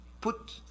put